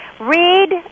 read